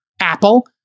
Apple